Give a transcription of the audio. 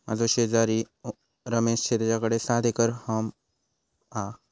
माझो शेजारी रमेश तेच्याकडे सात एकर हॉर्म हा